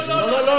נא לסיים.